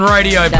Radio